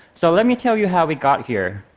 so let me tell you how we got here.